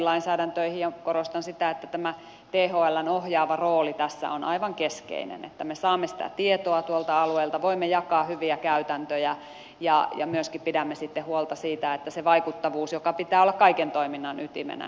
korostan sitä että tämä thln ohjaava rooli tässä on aivan keskeinen että me saamme sitä tietoa tuolta alueilta voimme jakaa hyviä käytäntöjä ja myöskin pidämme sitten huolta siitä että se vaikuttavuus jonka pitää olla kaiken toiminnan ytimenä toteutuu